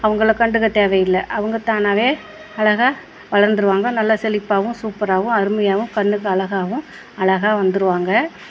அவங்கள கண்டுக்க தேவையில்லை அவங்க தானாவே அழகா வளர்ந்துருவாங்க நல்லா செலிப்பாகவும் சூப்பராகவும் அருமையாகவும் கண்ணுக்கு அழகாவும் அழகா வந்துடுவாங்க